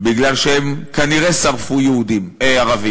בגלל שהם כנראה שרפו ערבים.